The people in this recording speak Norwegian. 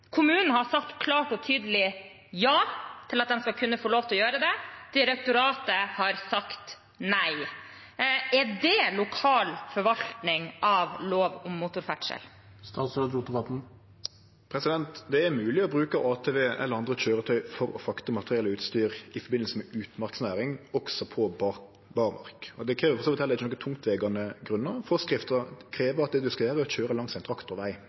Kommunen har sagt klart og tydelig ja til at de skal kunne få lov til å gjøre det. Direktoratet har sagt nei. Er det lokal forvaltning av lov om motorferdsel? Det er mogleg å bruke ATV eller andre køyretøy for å frakte materiell og utstyr i forbindelse med utmarksnæring også på berrmark. Det krevst for så vidt heller ikkje nokre tungtvegande grunnar. Forskrifta krev at det ein skal gjere, er å køyre langs ein